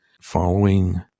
following